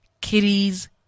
kitties